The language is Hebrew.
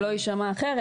שלא יישמע אחרת.